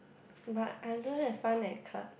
but I don't have fun at club